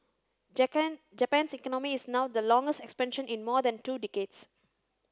Japan's economy is now the longest expansion in more than two decades